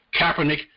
Kaepernick